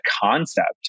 concept